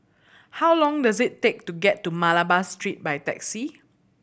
how long does it take to get to Malabar Street by taxi